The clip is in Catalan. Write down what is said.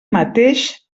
mateix